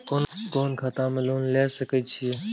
कोन खाता में लोन ले सके छिये?